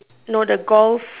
no the golf